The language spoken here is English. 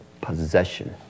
possession